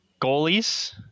Goalies